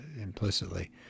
implicitly